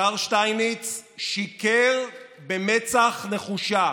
השר שטייניץ שיקר במצח נחושה.